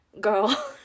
girl